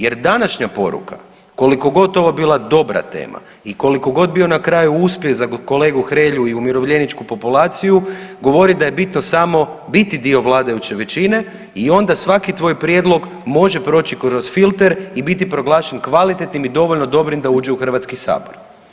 Jer današnja poruka koliko god ovo bila dobra tema i koliko god bio na kraju uspjeh za kolegu Hrelju i umirovljeničku populaciju govoriti da je bitno biti dio vladajuće većine i onda svaki tvoj prijedlog može proći kroz filter i biti proglašen kvalitetnim i dovoljno dobrim da uđe u Hrvatski sabor.